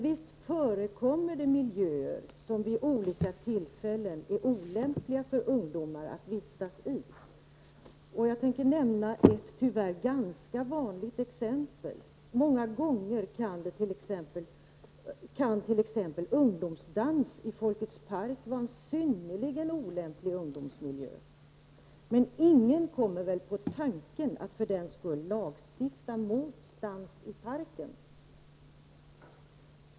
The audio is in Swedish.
Visst förekommer det miljöer som vid olika tillfällen är olämpliga för ungdomar att vistas i. Jag tänker nämna ett tyvärr ganska vanligt exempel. Många gånger kan ungdomsdans i Folkets park innebära en synnerligen olämplig ungdomsmiljö. Men ingen kommer väl för den skull på tanken att lagstifta mot dans i parken?